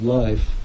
life